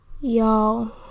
Y'all